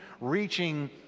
reaching